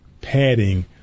padding